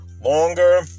longer